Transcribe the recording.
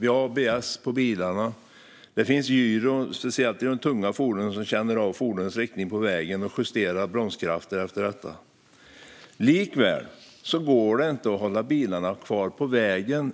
Vi har ABS på bilarna. Det finns, särskilt på tunga fordon, gyron som känner av fordonets riktning på vägen och justerar bromskraften efter detta. Likväl går det emellanåt inte att hålla kvar bilarna på vägen,